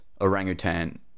orangutan